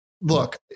Look